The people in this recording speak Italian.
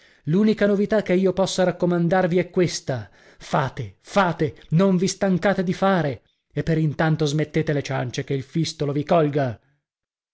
l'unica novità che io possa raccomandarvi è questa fate fate non vi stancate di fare e per intanto smettete le ciance che il fistolo vi colga